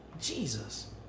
Jesus